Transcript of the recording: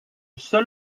seul